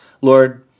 Lord